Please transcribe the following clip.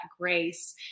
grace